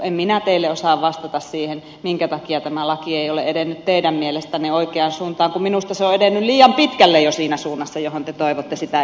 en minä teille osaa vastata siihen minkä takia tämä laki ei ole edennyt teidän mielestänne oikeaan suuntaan kun minusta se on edennyt liian pitkälle jo siinä suunnassa johon te toivotte sitä edistettävän